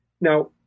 Now